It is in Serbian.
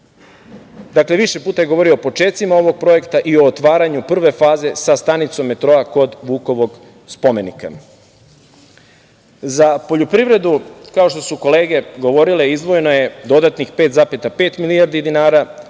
više puta je govorio o počecima ovog projekta i o otvaranju prve faze sa stanicom metroa kod Vukovog spomenika.Za poljoprivredu, kao što su kolege govorile, izdvojeno je dodatnih 5,5 milijardi dinara,